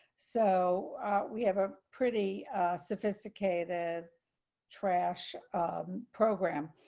so we have a pretty sophisticated trash um program.